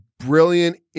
brilliant